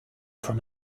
from